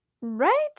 Right